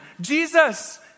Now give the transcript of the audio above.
Jesus